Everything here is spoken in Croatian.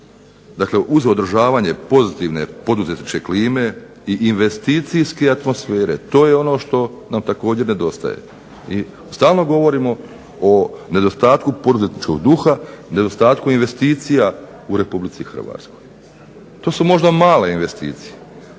Dakle, uz održavanje pozitivne poduzetničke klime i investicijske atmosfere to je ono što nam također nedostaje i stalno govorimo o nedostatku poduzetničkog duha, nedostatku investicija u Republici Hrvatskoj. To su možda male investicije,